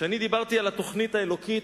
כשדיברתי על התוכנית האלוקית,